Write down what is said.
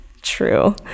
True